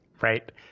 Right